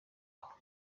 aho